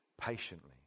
patiently